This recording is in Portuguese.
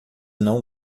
não